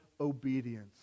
obedience